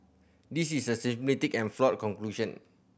this is a and flawed conclusion